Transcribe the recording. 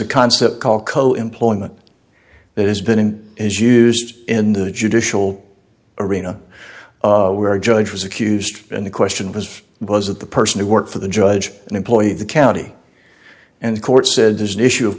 a concept called co employment that has been and is used in the judicial arena where a judge was accused and the question was was that the person who worked for the judge an employee of the county and court said there's an issue of